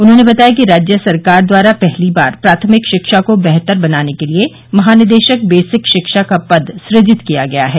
उन्होंने बताया कि राज्य सरकार द्वारा पहली बार प्राथमिक शिक्षा को बेहतर बनाने के लिये महानिदेशक बेसिक शिक्षा का पद सृजित किया गया है